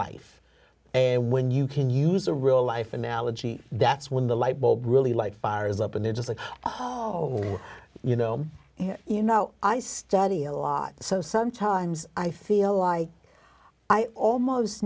life and when you can use a real life analogy that's when the light bulb really light fires up and they're just like oh no you know you know i study a lot so sometimes i feel like i almost